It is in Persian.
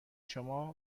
شما